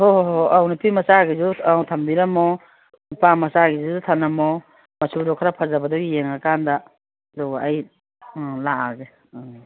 ꯍꯣꯏ ꯍꯣꯏ ꯍꯣꯏ ꯍꯣꯏ ꯑꯧ ꯅꯨꯄꯤ ꯃꯆꯥꯒꯤꯁꯨ ꯑꯪ ꯊꯝꯕꯤꯔꯝꯃꯣ ꯅꯨꯄꯥ ꯃꯆꯥꯒꯤꯗꯨꯁꯨ ꯊꯅꯝꯃꯣ ꯃꯆꯨꯗꯣ ꯈꯔ ꯐꯖꯕꯗꯣ ꯌꯦꯡꯉꯀꯥꯟꯗ ꯑꯗꯨꯒ ꯑꯩ ꯑꯪ ꯂꯥꯛꯑꯒꯦ ꯑꯪ